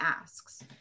asks